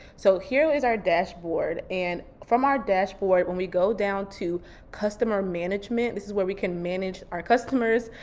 so here is our dashboard. and from our dashboard, when we go down to customer management, this is where we can manage our customers.